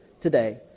today